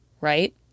Right